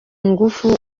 ngufu